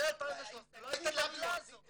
לפני 2013 לא הייתה את המילה הזאת.